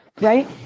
Right